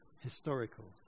historical